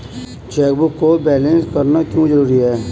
Chequebook को balance करना क्यों जरूरी है?